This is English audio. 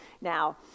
now